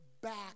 back